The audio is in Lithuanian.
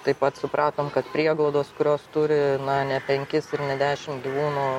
taip pat supratom kad prieglaudos kurios turi na ne penkis ir ne dešimt gyvūnų